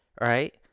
Right